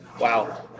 Wow